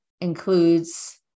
includes